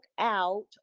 out